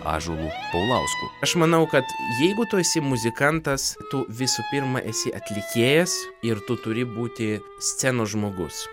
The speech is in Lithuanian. ąžuolu paulausku aš manau kad jeigu tu esi muzikantas tu visų pirma esi atlikėjas ir tu turi būti scenos žmogus